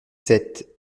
sept